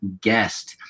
guest